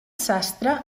sastre